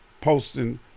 posting